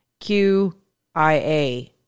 QIA